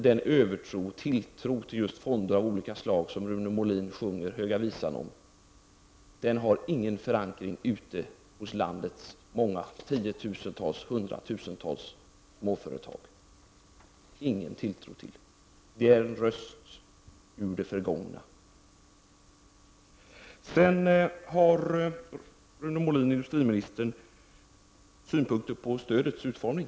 Den fondernas Höga visa som sjungs av Rune Molin är utryck för en övetro som inte har någon förankring hos landets många tiotusentals, hundratusentals, småföretag. Det är en röst ur det förgångna. Sedan har industriminister Rune Molin synpunkter på stödets utformning.